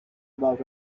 about